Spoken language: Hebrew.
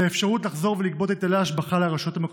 ואפשרות לחזור ולגבות היטלי השבחה לרשויות המקומיות.